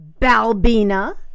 Balbina